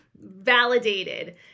validated